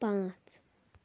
پانٛژ